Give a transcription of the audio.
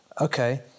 okay